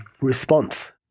response